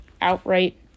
outright